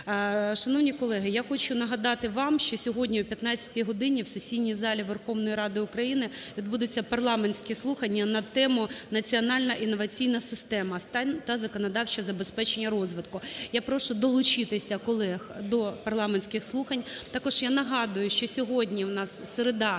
Шановні колеги, я хочу нагадати вам, що сьогодні о 15 годині в сесійній залі Верховної Ради України відбудуться парламентські слухання на тему: "Національна інноваційна система: стан та законодавче забезпечення розвитку". Я прошу долучитися колег до парламентських слухань. Також я нагадую, що сьогодні у нас середа